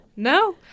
No